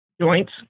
joints